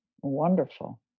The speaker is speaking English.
Wonderful